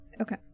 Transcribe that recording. Okay